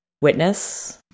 witness